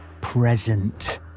present